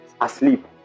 asleep